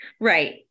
right